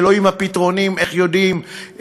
לאלוהים הפתרונים איך יודעים,